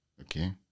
Okay